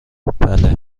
بله